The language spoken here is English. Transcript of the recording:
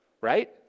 right